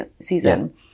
season